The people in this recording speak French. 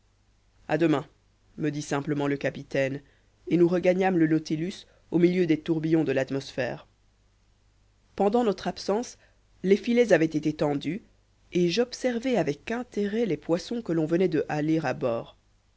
a demain me dit simplement le capitaine et nous regagnâmes le nautilus au milieu des tourbillons de l'atmosphère pendant notre absence les filets avaient été tendus et j'observai avec intérêt les poissons que l'on venait de haler à bord